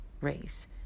race